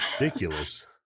ridiculous